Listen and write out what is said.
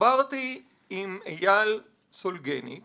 "התחברתי עם אייל סולגניק